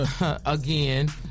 again